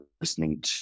listening